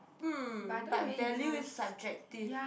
mm but value is subjective